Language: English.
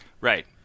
Right